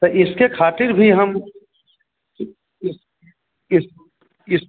तो इसके खातिर भी हम इस इस